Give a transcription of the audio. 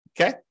Okay